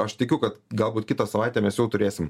aš tikiu kad galbūt kitą savaitę mes jau turėsim